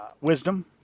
wisdom